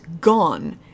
gone